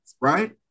right